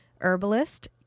herbalist